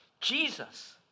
Jesus